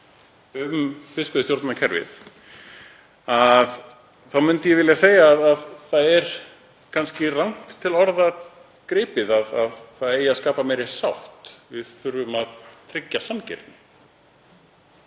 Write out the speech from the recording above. um fiskveiðistjórnarkerfið myndi ég vilja segja að kannski er rangt til orða tekið að það eigi að skapa meiri sátt. Við þurfum að tryggja sanngirni.